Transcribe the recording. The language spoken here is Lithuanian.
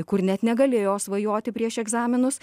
kur net negalėjo svajoti prieš egzaminus